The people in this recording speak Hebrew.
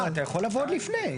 אה, אתה יכול לבוא עוד לפני.